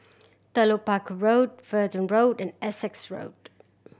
Telok Paku Road Verdun Road and Essex Road